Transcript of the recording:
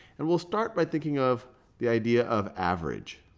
and we'll start by thinking of the idea of average.